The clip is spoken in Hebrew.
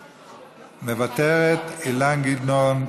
מוותרת, אילן גילאון איננו,